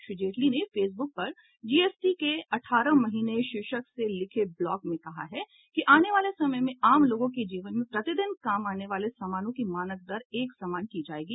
श्री जेटली ने फेसबुक पर जीएसटी के अठारह महीने शीर्षक से लिखे ब्लॉग में कहा है कि आने वाले समय में आम लोगों के जीवन में प्रतिदिन काम आने वाले सामानों की मानक दर एक समान की जायेगी